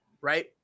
right